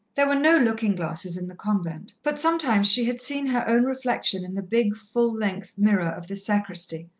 there were no looking-glasses in the convent, but sometimes she had seen her own reflection in the big, full-length mirror of the sacristy,